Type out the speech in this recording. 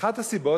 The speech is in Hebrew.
ואחת הסיבות,